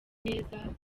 neza